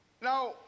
Now